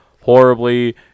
horribly